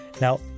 Now